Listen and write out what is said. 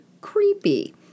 creepy